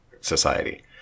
society